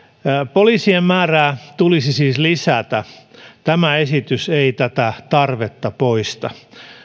poliisien määrää tulisi siis lisätä tämä esitys ei tätä tarvetta poista